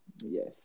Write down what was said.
Yes